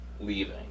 leaving